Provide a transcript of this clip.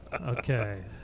Okay